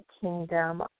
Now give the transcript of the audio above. kingdom